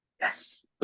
Yes